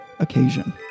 occasion